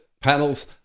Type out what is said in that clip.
panels